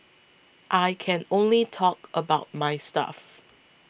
I can only talk about my stuff